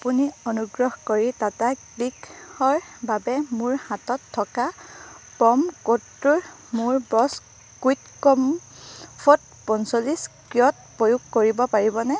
আপুনি অনুগ্ৰহ কৰি টাটা ক্লিকৰ বাবে মোৰ হাতত থকা প্ৰম' কোডটো মোৰ ব'ছ কুইটকমফৰ্ট পঞ্চল্লিছ ক্ৰয়ত প্ৰয়োগ কৰিব পাৰিবনে